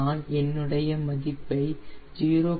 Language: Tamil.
நான் என்னுடைய மதிப்பை 0